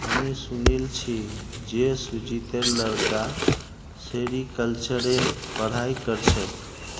हामी सुनिल छि जे सुजीतेर लड़का सेरीकल्चरेर पढ़ाई कर छेक